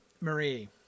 Marie